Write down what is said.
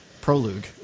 prologue